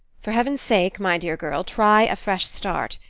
for heaven's sake, my dear girl, try a fresh start.